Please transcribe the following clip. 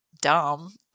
Dumb